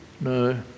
no